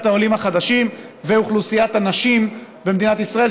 העולים החדשים ואוכלוסיית הנשים במדינת ישראל,